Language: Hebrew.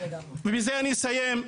ובזה אני אסיים,